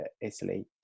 Italy